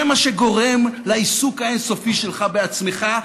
זה מה שגורם לעיסוק האין-סופי שלך בעצמך,